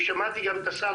ושמעתי גם את השר,